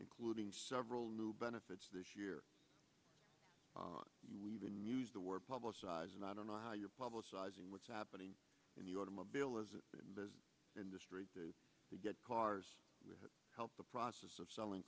including several new benefits this year we even use the word publicize and i don't know how you're publicizing what's happening in the automobile as the industry to get cars to help the process of selling